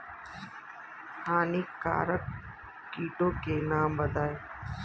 हानिकारक कीटों के नाम बताएँ?